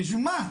בשביל מה?